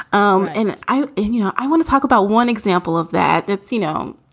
um and i you know, i want to talk about one example of that. it's you know,